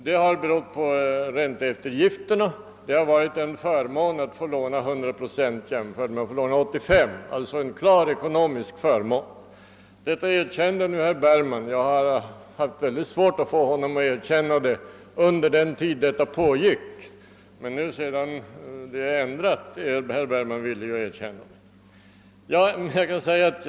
Det har berott på ränteeftergifterna, ty det har varit en klar ekonomisk förmån att få låna 100 procent jämfört med att få låna 85. Detta erkände herr Bergman nu. Jag har haft svårt att få honom att erkänna detta under den tid debatten härom pågick, men herr Bergman är nu villig att erkänna att det hela har ändrats.